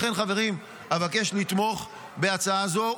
לכן, חברים, אבקש לתמוך בהצעה הזו.